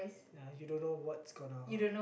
ya you don't know what's gonna